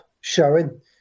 showing